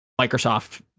microsoft